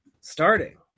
starting